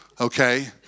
okay